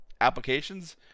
applications